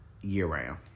year-round